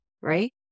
right